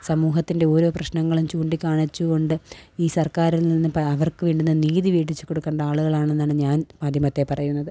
സമൂഹത്തിന്റെ ഓരോ പ്രശ്നങ്ങളും ചൂണ്ടി കാണിച്ചുകൊണ്ട് ഈ സര്ക്കാരില് നിന്ന് അവര്ക്കു വേണ്ടുന്ന നീതി മേടിച്ച് കൊടുക്കേണ്ട ആളുകളാണ് എന്നാണ് ഞാന് മാധ്യമത്തെ പറയുന്നത്